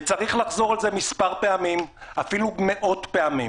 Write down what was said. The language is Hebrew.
וצריך לחזור על זה כמה פעמים, אפילו מאות פעמים